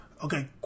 Okay